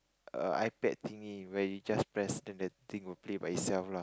err iPad thingie where you just press then the thing will play by itself lah